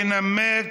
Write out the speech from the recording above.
הצעה מס' 10461. ינמק